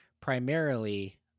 primarily